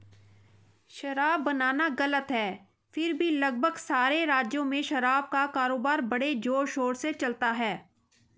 शराब बनाना गलत है फिर भी लगभग सारे राज्यों में शराब का कारोबार बड़े जोरशोर से चलता है